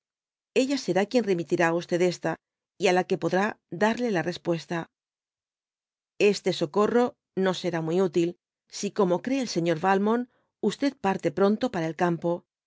ella será quien remitirá á esta y á la que podrá darle la respuesta este socorro no será muy útü si como cree el señor valmont parte pronto para el campo